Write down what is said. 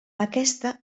aquesta